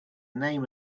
name